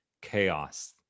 chaos